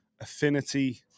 affinity